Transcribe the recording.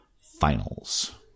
finals